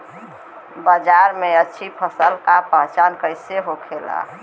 बाजार में अच्छी फसल का पहचान कैसे होखेला?